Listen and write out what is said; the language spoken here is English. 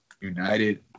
United